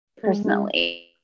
personally